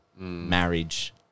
marriage